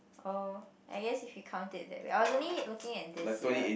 oh I guess if you count it that way I was only looking at this year